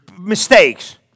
mistakes